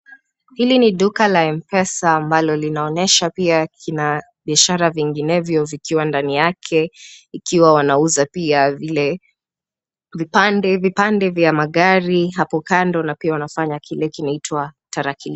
Hili ni duka la M-Pesa ambalo linaonyesha pia kina biashara vinginevyo, vikiwa ndani yake ikiwa wanauza pia vile, vipande vipande vya magari hapo kando na pia wanafanya kile kinaitwa taraki .